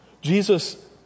Jesus